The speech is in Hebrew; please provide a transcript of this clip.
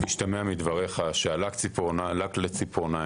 משתמע מדבריך שהלק לציפורניים,